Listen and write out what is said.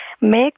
Make